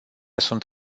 sunt